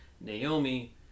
Naomi